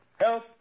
Help